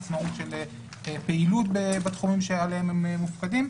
עצמאות של פעילות בתחומים עליהם הם מופקדים,